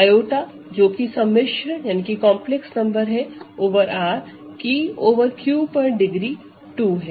i जोकि सममिश्र संख्या है ओवर R की ओवर Q पर डिग्री 2 है